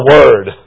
Word